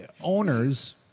owners